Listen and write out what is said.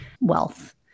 wealth